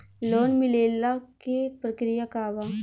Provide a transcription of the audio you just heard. Loan मिलेला के प्रक्रिया का बा?